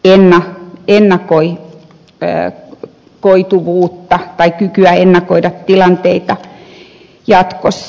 elia ennakoi lääk koitui uutta sekä kykyä ennakoida tilanteita jatkossa